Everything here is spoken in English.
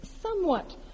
somewhat